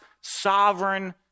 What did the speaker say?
sovereign